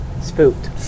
Spooked